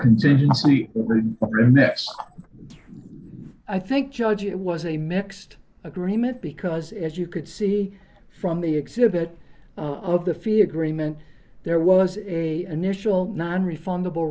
next i think judge it was a mixed agreement because as you could see from the exhibit of the fee agreement there was a initial nonrefundable